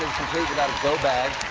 complete without a go bag.